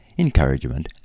encouragement